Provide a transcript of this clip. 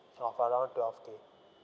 of around twelve K